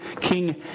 king